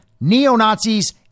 neo-Nazis